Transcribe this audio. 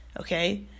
Okay